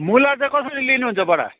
मुला चाहिँ कसरी लिनुहुन्छ बडा